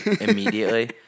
immediately